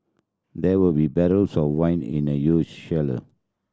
there will be barrels of wine in the huge cellar